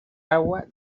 agua